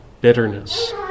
bitterness